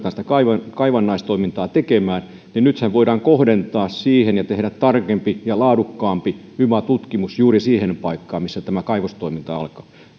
ruvetaan kaivannaistoimintaa tekemään niin nyt se voidaan kohdentaa siihen ja tehdä tarkempi ja laadukkaampi yva tutkimus juuri siihen paikkaan missä kaivostoiminta alkaa